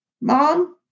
Mom